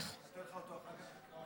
אשאיר לך אותו אחר כך, תקרא את כל ההודעות.